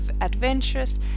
adventurous